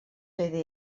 sinó